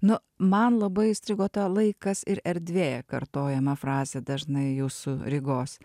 nu man labai įstrigo ta laikas ir erdvė kartojama frazė dažnai jūsų rygos